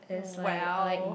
well